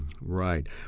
Right